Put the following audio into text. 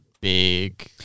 big